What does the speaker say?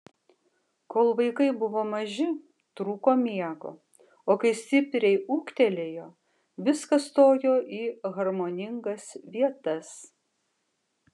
kol vaikai buvo maži trūko miego o kai stipriai ūgtelėjo viskas stojo į harmoningas vietas